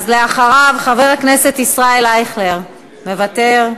אז אחריו, חבר הכנסת ישראל אייכלר, מוותר.